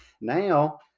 now